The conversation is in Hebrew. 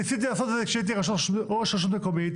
ניסיתי לעשות את זה כשהייתי ראש רשות מקומית.